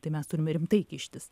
tai mes turime rimtai kištis